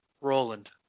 Roland